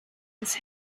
his